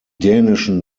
dänischen